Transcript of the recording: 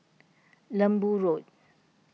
Lembu Road